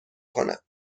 کند